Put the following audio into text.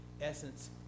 essence